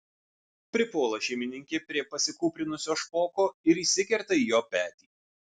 pripuola šeimininkė prie pasikūprinusio špoko ir įsikerta į jo petį